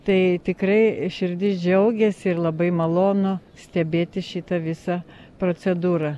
tai tikrai širdis džiaugiasi ir labai malonu stebėti šitą visą procedūrą